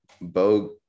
Bo